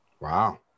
Wow